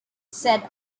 said